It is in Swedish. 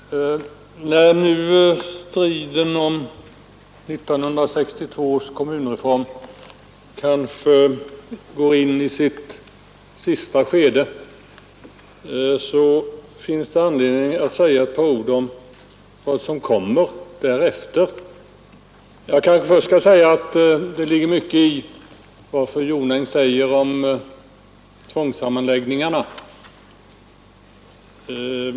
Fru talman! När nu striden om 1962 års kommunreform går in i sitt sista skede, finns det anledning att något beröra vad som kommer därefter. Men jag skall kanske först säga att det ligger mycket i vad fru Jonäng sagt om tvångssammanläggningarna.